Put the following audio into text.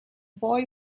boy